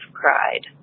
cried